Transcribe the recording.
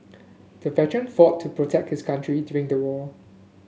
the veteran fought to protect his country during the war